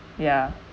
ya